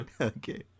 Okay